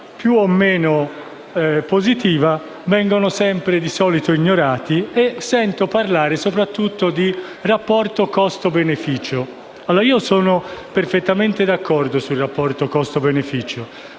più o meno positiva di solito vengono ignorati e sento parlare soprattutto di rapporto costo-beneficio. Sono perfettamente d'accordo sul rapporto costo-beneficio,